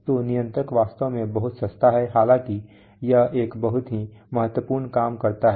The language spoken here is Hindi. तो नियंत्रक वास्तव में बहुत सस्ता है हालांकि यह एक बहुत ही महत्वपूर्ण काम करता है